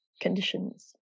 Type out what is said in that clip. conditions